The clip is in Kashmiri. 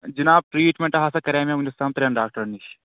جِناب ٹرٛیٖٹمٮ۪نٛٹ ہسا کَریٛاے مےٚ وٕنِس تام ترٛٮ۪ن ڈاکٹرن نِش